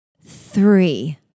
three